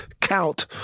count